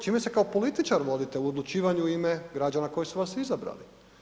Čime se kao političar vodite u odlučivanju u ime građana koji su vas izabrali?